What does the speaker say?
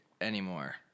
Anymore